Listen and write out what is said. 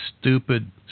stupid